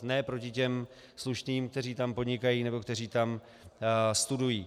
Ne proti těm slušným, kteří tam podnikají nebo kteří tam studují.